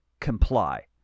comply